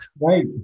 right